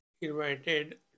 invited